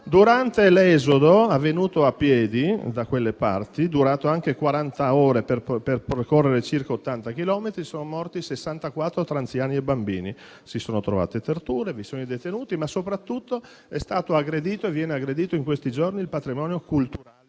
Durante l'esodo, avvenuto a piedi, da quelle parti, durato anche quaranta ore per percorrere circa 80 chilometri, sono morti 64 tra anziani e bambini. Si sono verificate torture, sono stati fatti detenuti, ma soprattutto è stato aggredito e viene aggredito in questi giorni il patrimonio culturale